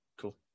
Cool